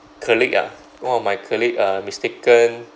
colleague ah one of my colleague uh mistaken